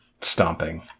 stomping